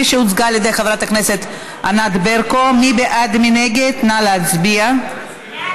עברה בקריאה טרומית ועוברת לוועדת הפנים והגנת הסביבה להכנה לקריאה